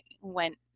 went